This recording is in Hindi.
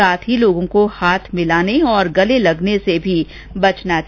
साथ ही लोगों को हाथ मिलाने और गले लगने से भी बचना चाहिए